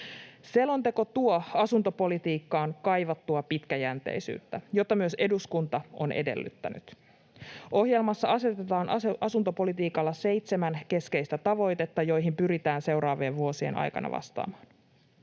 Selonteko tuo asuntopolitiikkaan kaivattua pitkäjänteisyyttä, jota myös eduskunta on edellyttänyt. Ohjelmassa asetetaan asuntopolitiikalle seitsemän keskeistä tavoitetta, joihin pyritään seuraavien vuosien aikana vastaamaan.